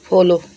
follow